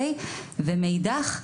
מאידך גיסא,